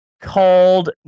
called